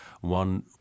one